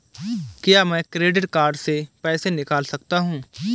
क्या मैं credit card से पैसे निकाल सकता हूँ?